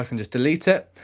i can just delete it,